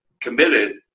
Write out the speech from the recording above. committed